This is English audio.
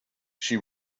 she